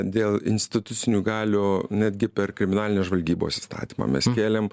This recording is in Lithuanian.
dėl institucinių galių netgi per kriminalinės žvalgybos įstatymą mes kėlėm